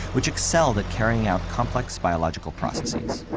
which excelled at carrying out complex biological processes.